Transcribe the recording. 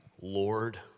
Lord